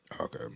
Okay